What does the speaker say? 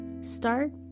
Start